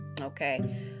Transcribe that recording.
Okay